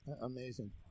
Amazing